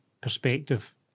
perspective